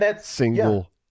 single